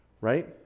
Right